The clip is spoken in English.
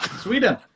sweden